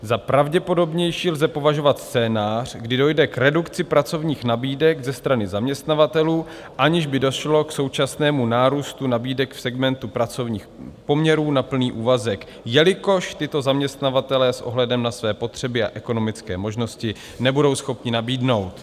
Za pravděpodobnější lze považovat scénář, kdy dojde k redukci pracovních nabídek ze strany zaměstnavatelů, aniž by došlo k současnému nárůstu nabídek v segmentu pracovních poměrů na plný úvazek, jelikož tyto zaměstnavatelé s ohledem na své potřeby a ekonomické možnosti nebudou schopni nabídnout.